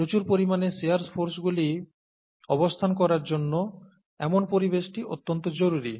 প্রচুর পরিমাণে শিয়ার ফোর্সগুলি অবস্থান করার জন্য এমন পরিবেশটি অত্যন্ত জরুরী